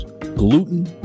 gluten